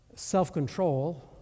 Self-control